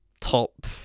top